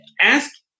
ask